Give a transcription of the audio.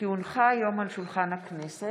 כי הונחה היום על שולחן הכנסת,